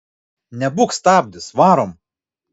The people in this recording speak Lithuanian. nebūk stabdis varom